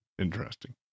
interesting